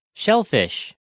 Shellfish